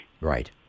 Right